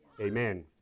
Amen